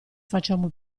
facciamo